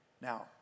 Now